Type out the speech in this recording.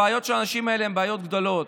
הבעיות של האנשים האלה הן בעיות גדולות.